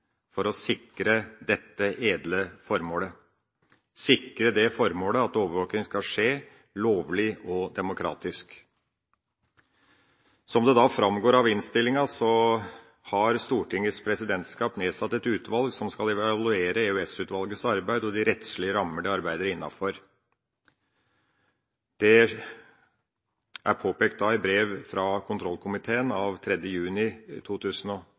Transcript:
for et veldig høyt presisjonsnivå fra Stortingets side for å sikre dette edle formålet: Overvåking skal skje lovlig og demokratisk. Som det framgår av innstillinga, har Stortingets presidentskap nedsatt et utvalg som skal evaluere EOS-utvalgets arbeid og de rettslige rammene som utvalget arbeider innenfor. Dette ble påpekt i brev av 3. juni 2013 fra kontrollkomiteen,